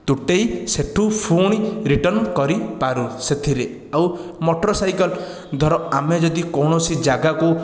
ତୁଟାଇ ସେଠୁ ପୁଣି ରିଟର୍ଣ୍ଣ କରିପାରୁ ସେଥିରେ ଆଉ ମୋଟର ସାଇକେଲ ଧର ଆମେ ଯଦି କୌଣସି ଯାଗାକୁ